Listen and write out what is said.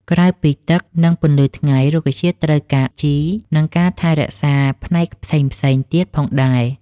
ក្រៅពីទឹក និងពន្លឺថ្ងៃ រុក្ខជាតិត្រូវការជី និងការថែរក្សាផ្នែកផ្សេងៗទៀតផងដែរ។